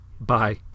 Bye